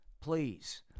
Please